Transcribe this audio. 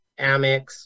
Amex